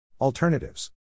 Alternatives